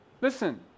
Listen